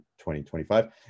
2025